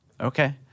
Okay